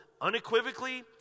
unequivocally